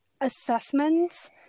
assessments